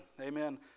Amen